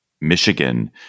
Michigan